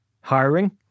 Hiring